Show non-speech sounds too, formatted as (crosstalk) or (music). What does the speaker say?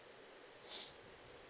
(noise)